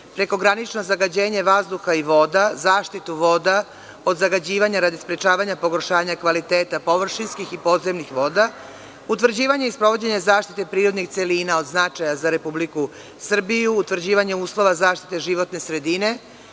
prekogranično zagađenje vazduha i voda, zaštitu voda od zagađivanja radi sprečavanja pogoršanja kvaliteta površinskih i podzemnih voda, utvrđivanje i sprovođenje zaštite prirodnih celina od značaja za Republiku Srbiju, utvrđivanje uslova zaštite životne sredine